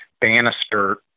Bannister